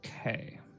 Okay